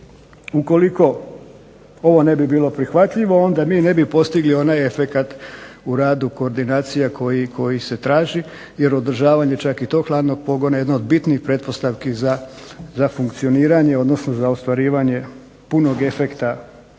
ukoliko ovo ne bi bilo prihvatljivo onda mi ne bi postigli onaj efekt u radu koordinacija koji se traži, jer održavanje čak i tog hladnog pogona jedna je od bitnih pretpostavki za funkcioniranje odnosno za ostvarivanje punog efekta ovoga